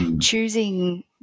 choosing